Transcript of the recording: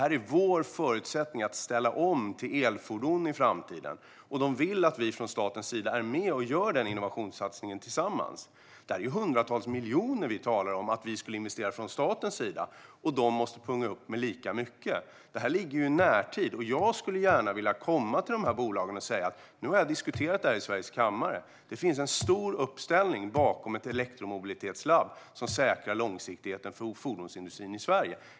Det är vår förutsättning för att ställa om till elfordon i framtiden. De vill att vi från statens sida är med och gör den innovationssatsningen tillsammans. Det handlar om att vi från statens sida ska investera hundratals miljoner, och de måste punga ut med lika mycket. Det ligger i närtid. Jag skulle gärna vilja komma till bolagen och säga: Nu har jag diskuterat det i Sveriges riksdags kammare. Det finns en stor uppställning bakom ett elektromobilitetslaboratorium som säkrar långsiktigheten för fordonsindustrin i Sverige.